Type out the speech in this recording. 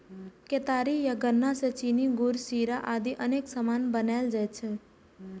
केतारी या गन्ना सं चीनी, गुड़, शीरा आदि अनेक सामान बनाएल जाइ छै